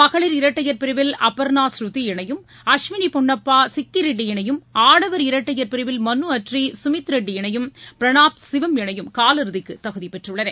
மகளிர் இரட்டையர் பிரிவில் அபர்ணா ஸ்ருதி இணையும் அஸ்வினி பொண்ணப்பா சிக்கி ரெட்டி இணையும் ஆடவர் இரட்டையர் பிரிவில் மனு அட்ரி சுமித் ரெட்டி இணையும் பிரணாப் சிவம் இணையும் காலிறுதிக்கு தகுதி பெற்றுள்ளன